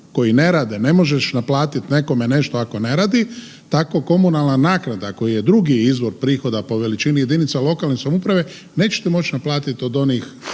koji ne rade ne možeš naplatiti nekome nešto ako ne radi, tako komunalna naknada koja je drugi izvor prihoda po veličini jedinica lokalne samouprave nećete moći naplatiti od onih